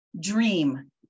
Dream